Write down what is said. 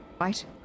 right